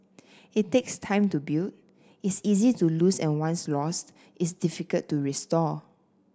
it takes time to build is easy to lose and once lost is difficult to restore